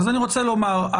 אז אני רוצה לומר,